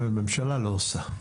הממשלה לא עושה.